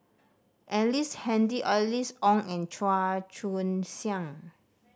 Ellice Handy Alice Ong and Chua Joon Siang